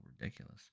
ridiculous